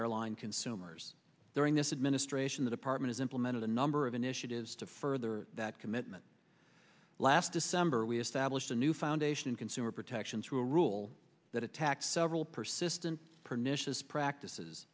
airline consumers during this administration the department implemented a number of initiatives to further that commitment last december we established a new foundation in consumer protections for a rule that attacks several persistent pernicious practices